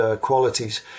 qualities